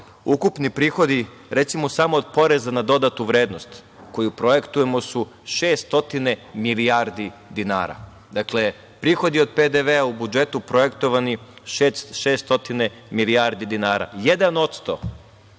ukupni prihodi, recimo samo do PDV koju projektujemo su 600 milijardi dinara. Dakle, prihodi od PDV u budžetu projektovani 600 milijardi dinara. Jedan odsto